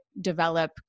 develop